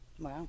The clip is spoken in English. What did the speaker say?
Wow